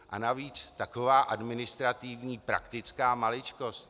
A navíc taková administrativní praktická maličkost.